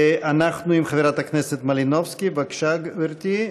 אנחנו עם חברת הכנסת מלינובסקי, בבקשה, גברתי.